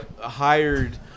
hired